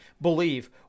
believe